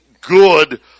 good